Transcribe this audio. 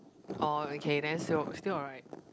oh okay then still still alright